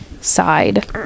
side